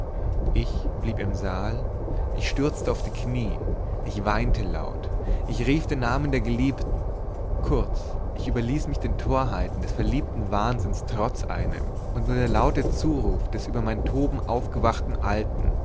ich blieb im saal ich stürzte auf die knie ich weinte laut ich rief den namen der geliebten kurz ich überließ mich den torheiten des verliebten wahnsinns trotz einem und nur der laute zuruf des über mein toben aufgewachten alten